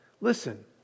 listen